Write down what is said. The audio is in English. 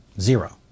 zero